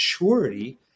maturity